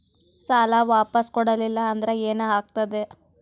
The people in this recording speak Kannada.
ಸಾಲ ವಾಪಸ್ ಕೊಡಲಿಲ್ಲ ಅಂದ್ರ ಏನ ಆಗ್ತದೆ?